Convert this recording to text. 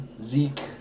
Zeke